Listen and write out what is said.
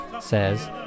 says